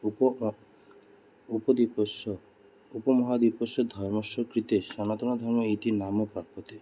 उपद्वीपस्य उपमहाद्वीपस्य धर्मस्य कृते सनातनधर्मः इति नाम प्राप्यते